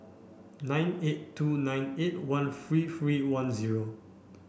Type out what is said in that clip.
nine eight two nine eight one three three one zero